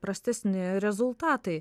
prastesni rezultatai